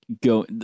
Go